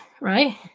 right